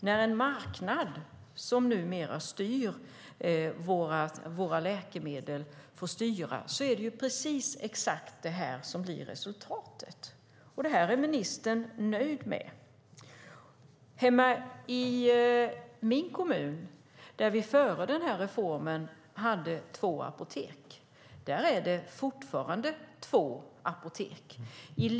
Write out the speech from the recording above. När marknaden numera styr tillgången på läkemedel är det precis det som blir resultatet. Det är ministern nöjd med. I min hemkommun hade vi före reformen två apotek. Där finns fortfarande två apotek.